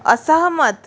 असहमत